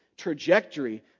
trajectory